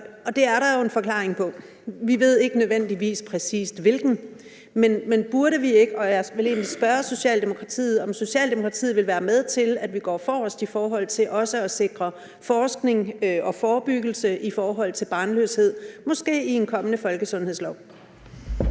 Det er der jo en forklaring på, men vi ved ikke nødvendigvis præcis hvilken. Og jeg vil egentlig spørge Socialdemokratiet, om Socialdemokratiet vil være med til, at vi går forrest i forhold til også at sikre forskning og forebyggelse i forhold til barnløshed, måske i en kommende folkesundhedslov?